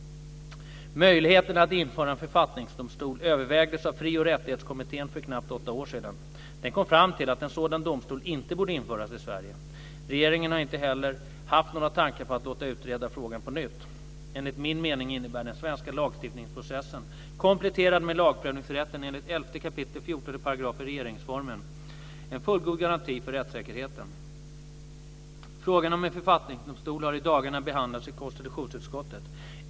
Möjligheterna att införa en författningsdomstol övervägdes av Fri och rättighetskommittén för knappt åtta år sedan. Den kom fram till att en sådan domstol inte borde införas i Sverige. Regeringen har inte heller haft några tankar på att låta utreda frågan på nytt. Enligt min mening innebär den svenska lagstiftningsprocessen kompletterad med lagprövningsrätten enligt 11 kap. 14 § regeringsformen en fullgod garanti för rättssäkerheten. Frågan om en författningsdomstol har i dagarna behandlats i konstitutionsutskottet.